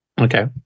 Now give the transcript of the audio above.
Okay